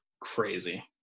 crazy